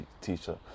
teacher